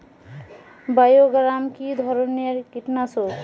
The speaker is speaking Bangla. বায়োগ্রামা কিধরনের কীটনাশক?